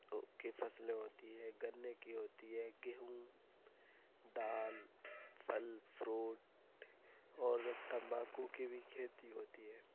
کی فصلیں ہوتی ہے گنے کی ہوتی ہے گیہوں دال پھل فروٹ اور تمباکو کی بھی کھیتی ہوتی ہے